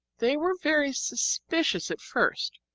they were very suspicious at first.